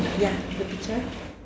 ya the picture